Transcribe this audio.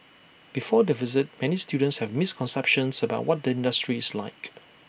before the visit many students have misconceptions about what the industry is like